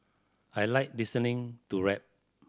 I like listening to rap